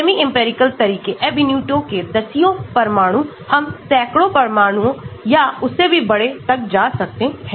semiempirical तरीके Ab initio के दसियों परमाणु हम सैकड़ों परमाणुओं या उससे भी बड़े तक जा सकते हैं